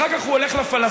אחר כך הוא הולך לפלסטינים,